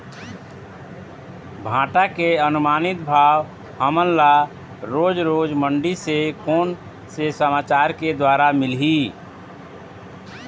भांटा के अनुमानित भाव हमन ला रोज रोज मंडी से कोन से समाचार के द्वारा मिलही?